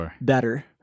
better